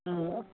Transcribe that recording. অঁ